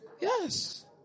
Yes